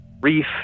reef